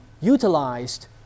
utilized